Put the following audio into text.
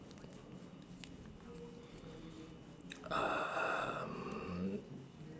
um